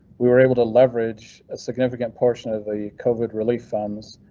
we were able to leverage a significant portion of the covid relief funds,